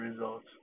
results